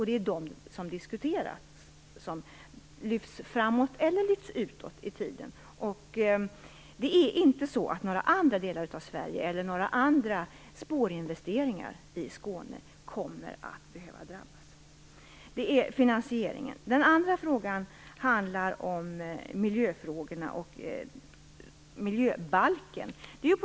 Det är de som diskuteras och lyfts framåt eller lyfts utåt i tiden. De är inte så att några andra delar av Sverige eller några andra spårinvesteringar kommer att behöva drabbas. Detta gäller finansieringen. Den andra frågan gäller miljöfrågorna och miljöbalken.